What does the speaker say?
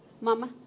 mama